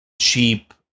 cheap